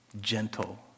Gentle